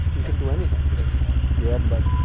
you can do anything whatever you want grab but